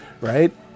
right